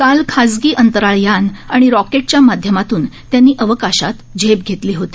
काल खासगी अंतराळ यान आणि रॉकेटच्या माध्यमातून त्यांनी अवकाशात झेप घेतली होती